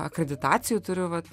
akreditacijų turiu vat